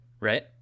right